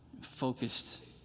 focused